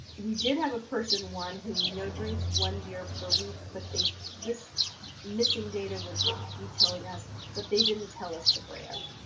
we did have a person one who we know drinks one beer per week, but they this missing data would be telling us that but they didn't tell us the brand.